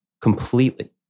completely